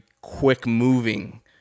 quick-moving